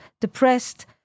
depressed